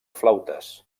flautes